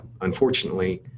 unfortunately